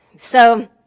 so,